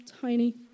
tiny